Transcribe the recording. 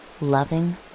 loving